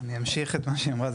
אני אמשיך את מה שהיא אמרה,